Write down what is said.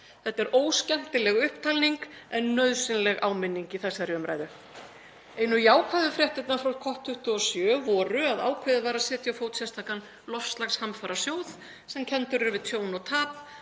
Þetta er óskemmtileg upptalning en nauðsynleg áminning í þessari umræðu. Einu jákvæðu fréttirnar frá COP27 voru að ákveðið var að setja á fót sérstakan loftslagshamfarasjóð sem kenndur er við tjón og tap,